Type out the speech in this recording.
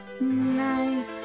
night